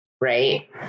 right